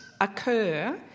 occur